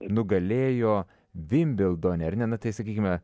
nugalėjo vimbildone nu tai sakykime